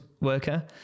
worker